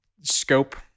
scope